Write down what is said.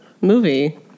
movie